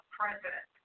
president